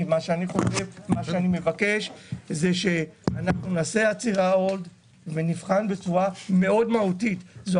אני לוקח את הבקשה שלך ואשמח לבוא ולהציג בפניך את